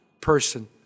person